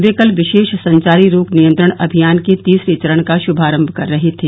वह कल विशेष संचारी रोग नियंत्रण अभियान के तीसरे चरण का श्भारम्भ कर रहे थे